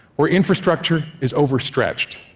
where infrastructure is overstretched,